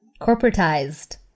Corporatized